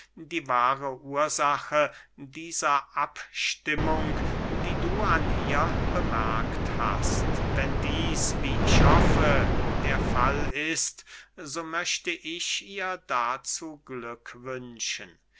die wahre ursache dieser abstimmung die du an ihr bemerkt hast wenn dieß wie ich hoffe der fall ist so möchte ich ihr dazu glück wünschen